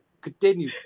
continue